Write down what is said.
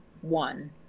one